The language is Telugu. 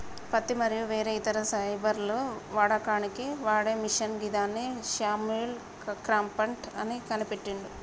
పత్తి మరియు వేరే ఇతర ఫైబర్లను వడకడానికి వాడే మిషిన్ గిదాన్ని శామ్యుల్ క్రాంప్టన్ కనిపెట్టిండు